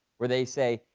where they say,